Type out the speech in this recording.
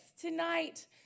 Tonight